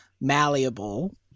malleable